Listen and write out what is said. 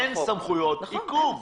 אין סמכויות עיכוב.